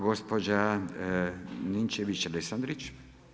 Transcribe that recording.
Gospođa Ninčević-Lesandrić.